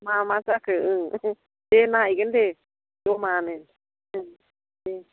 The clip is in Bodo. मा मा जाखो ओं दे नायगोन दे जमानो ओं दे